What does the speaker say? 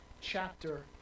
chapter